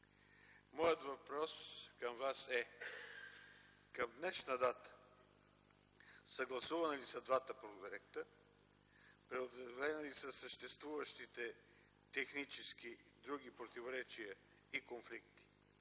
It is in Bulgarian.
Моят въпрос към Вас е: към днешна дата съгласувани ли са двата проекта, преодолени ли са съществуващите технически, други противоречия и конфликти.